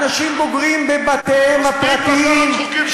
אנשים בוגרים בבתיהם הפרטיים,